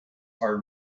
are